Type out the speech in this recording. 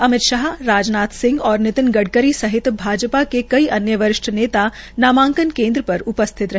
अमित शाह राजनाथ सिंह और नितिन गडकरी सहित भाजपा के कई अन्य वीरेन्द्र नेता नामांकन केन्द्र पर उपसिथत रहे